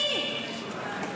מי שואל אותך על מה לדבר?